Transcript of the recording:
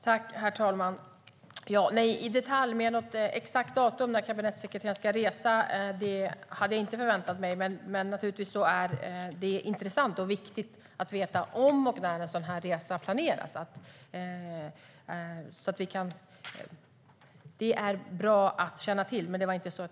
Herr talman! Nej, jag hade inte förväntat mig detaljer och något exakt datum för när kabinettssekreteraren ska resa. Men det är naturligtvis intressant och viktigt att veta om och när en sådan här resa planeras. Det är bra att känna till.